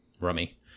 Rummy